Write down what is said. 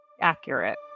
accurate